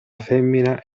femmina